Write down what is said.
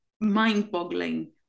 mind-boggling